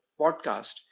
podcast